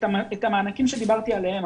את המענקים שדיברתי עליהם,